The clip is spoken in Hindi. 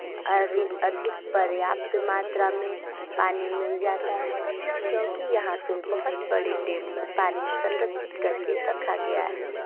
अरि अधिक पर्याप्त मात्रा में पानी मिल जाता है क्योंकि यहाँ पे बहुत बड़े डेम में पानी संरक्षित करके रखा गया है